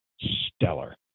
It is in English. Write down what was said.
stellar